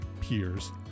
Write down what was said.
peers